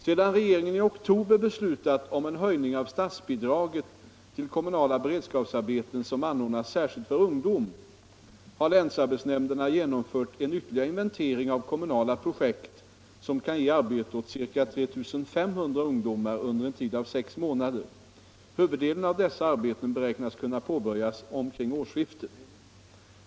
Sedan regeringen i oktober beslutat om en höjning av statbidraget till kommunala beredskapsarbeten som anordnas särskilt för ungdom, har länsarbetsnämnderna genomfört en ytterligare inventering av kommunala projekt, som kan ge arbete åt ca 3 500 ungdomar under en tid av sex månader. Huvuddelen av dessa arbeten beräknas kunna påbörjas omkring årsskiftet.